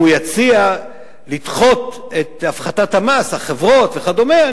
אם הוא יציע לדחות את הפחתת מס החברות וכדומה,